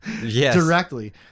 directly